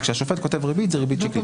כאשר השופט כותב ריבית שקלית,